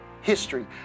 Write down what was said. history